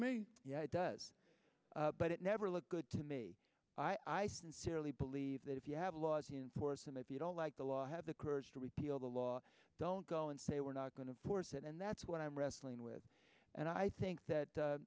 me yeah it does but it never looks good to me i sincerely believe that if you have laws to enforce them if you don't like the law have the courage to repeal the law don't go and say we're not going to force it and that's what i'm wrestling with and i think that